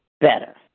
better